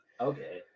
Okay